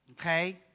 Okay